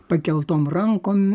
pakeltom rankom